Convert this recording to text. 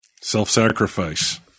Self-sacrifice